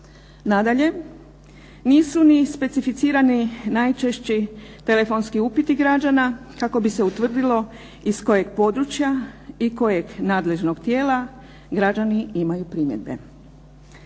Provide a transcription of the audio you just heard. Nadalje, nisu ni specificirani najčešći telefonski upiti građana kako bi se utvrdilo iz kojeg područja i kojeg nadležnog tijela građani imaju primjedbe.